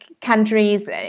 countries